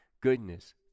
goodness